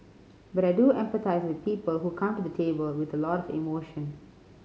but I do empathise with people who come to the table with a lot of emotion